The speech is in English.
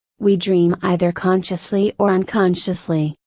we dream either consciously or unconsciously,